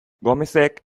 gomezek